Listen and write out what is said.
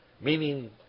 meaning